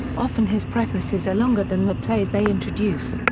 often his prefaces are longer than the plays they introduce.